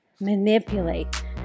Manipulate